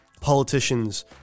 politicians